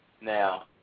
Now